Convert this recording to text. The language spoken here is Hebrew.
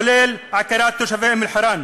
כולל עקירת תושבי אום-אלחיראן.